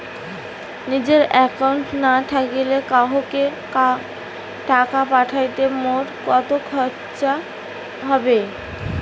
নিজের একাউন্ট না থাকিলে কাহকো টাকা পাঠাইতে মোর কতো খরচা হবে?